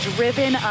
Driven